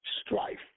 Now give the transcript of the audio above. strife